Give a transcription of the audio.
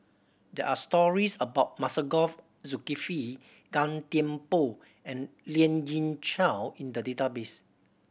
there are stories about Masagos Zulkifli Gan Thiam Poh and Lien Ying Chow in the database